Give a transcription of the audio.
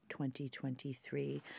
2023